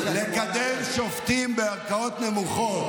לקדם שופטים בערכאות נמוכות.